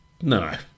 No